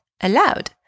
allowed